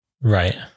Right